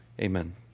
Amen